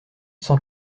cent